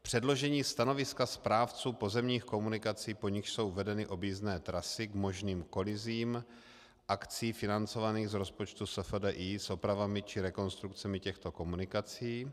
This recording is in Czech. předložení stanoviska správců pozemních komunikací, po nichž jsou vedeny objízdné trasy, k možným kolizím akcí financovaných z rozpočtu SFDI s opravami či rekonstrukcemi těchto komunikací;